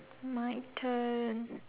my turn